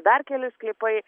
dar keli sklypai